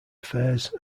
fairs